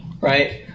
right